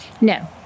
No